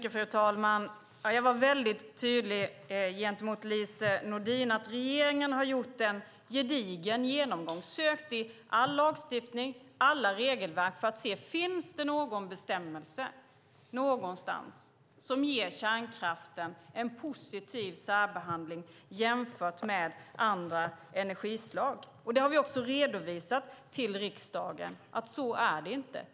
Fru talman! Jag var väldigt tydlig gentemot Lise Nordin om att regeringen har gjort en gedigen genomgång och sökt i all lagstiftning och alla regelverk för att se om det finns någon bestämmelse någonstans som ger kärnkraften en positiv särbehandling jämfört med andra energislag. Vi har redovisat till riksdagen att det inte är så.